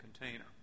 container